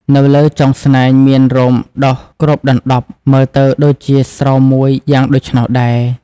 នៅលើចុងស្នែងមានរោមដុះគ្របដណ្ដប់មើលទៅដូចជាស្រោមមួយយ៉ាងដូច្នោះដែរ។